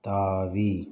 தாவி